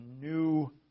new